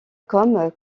comme